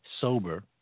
sober